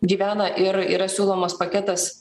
gyvena ir yra siūlomas paketas